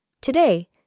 Today